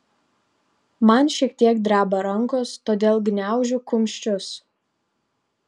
man šiek tiek dreba rankos todėl gniaužiu kumščius